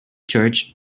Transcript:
church